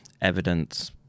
evidence